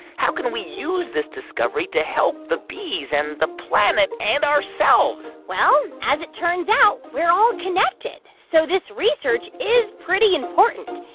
how can we use this discovery to help the bees and the planet and ourselves? well, as it turns out, we're all connected. so this research is pretty important.